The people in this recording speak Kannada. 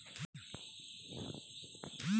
ಝೀರೋ ಬ್ಯಾಲೆನ್ಸ್ ನಲ್ಲಿ ಜನ್ ಧನ್ ಖಾತೆ ಮಾಡಬಹುದೇ?